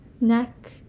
neck